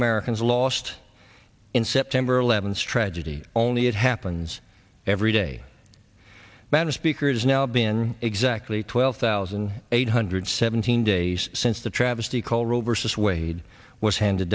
americans lost in september eleven's tragedy only it happens every day that a speaker has now been exactly twelve thousand eight hundred seventeen days since the travesty call roe versus wade was handed